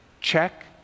Check